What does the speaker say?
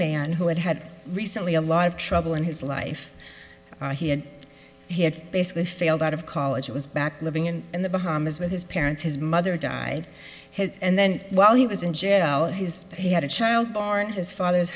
man who had had recently a lot of trouble in his life he had he had basically failed out of college was back living in the bahamas with his parents his mother died and then while he was in jail and his he had a child bar in his father's